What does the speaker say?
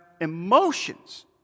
emotions